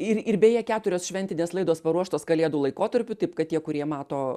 ir ir beje keturios šventinės laidos paruoštos kalėdų laikotarpiu taip kad tie kurie mato